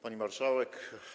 Pani Marszałek!